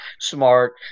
smart